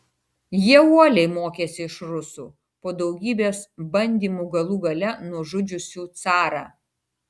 jie uoliai mokėsi iš rusų po daugybės bandymų galų gale nužudžiusių carą